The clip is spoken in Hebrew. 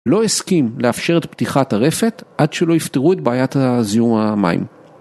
לא הסכים לאפשר את פתיחת הרפת עד שלא יפתרו את בעיית הזיהום המים.